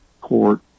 court